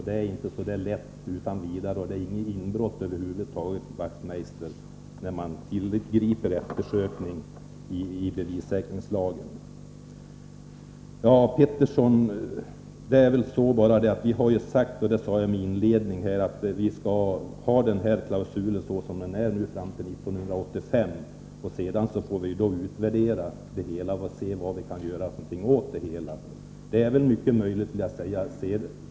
Det är alltså inte så lätt, och det är inte fråga om något inbrott när man tillgriper eftersökning genom bevissäkringslagen. Till Hans Petersson i Hallstahammar: Vi har sagt att generalklausulen skall behållas som den är fram till 1985 och att vi sedan får göra en utvärdering och se vilka åtgärder som behöver vidtas. Det är mycket möjligt att vi gör något.